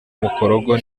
mukorogo